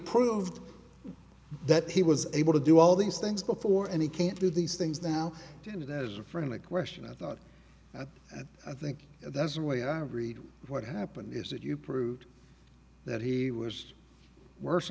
proved that he was able to do all these things before and he can't do these things that now and as a friend a question i thought and i think that's the way i read what happened is that you proved that he was worse